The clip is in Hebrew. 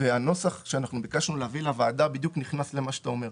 הנוסח שביקשנו להביא לוועדה בדיוק נכנס למה שאתה אומר.